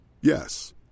Yes